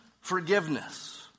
forgiveness